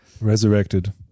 Resurrected